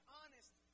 honest